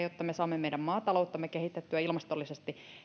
jotta me saamme meidän maatalouttamme kehitettyä ilmastollisesti